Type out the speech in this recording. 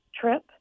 trip